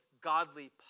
godly